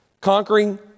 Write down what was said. conquering